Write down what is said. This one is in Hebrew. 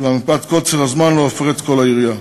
אולם מפאת קוצר הזמן לא אפרט את כל היריעה.